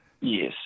Yes